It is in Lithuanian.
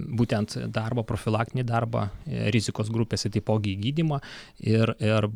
būtent darbo profilaktinį darbą rizikos grupėse taipogi į gydymą ir ir